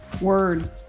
word